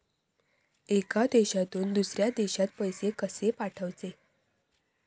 एका देशातून दुसऱ्या देशात पैसे कशे पाठवचे?